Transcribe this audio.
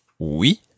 oui